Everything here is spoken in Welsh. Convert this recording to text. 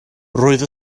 roedd